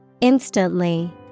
Instantly